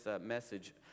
message